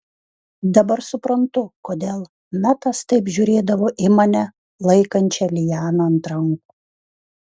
dabar suprantu kodėl metas taip žiūrėdavo į mane laikančią lianą ant rankų